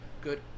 good